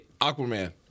Aquaman